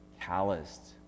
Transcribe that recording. calloused